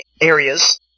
areas